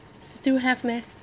still have meh